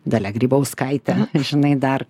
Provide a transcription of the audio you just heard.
dalia grybauskaite žinai dar